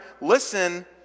listen